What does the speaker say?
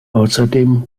außerdem